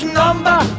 number